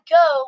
go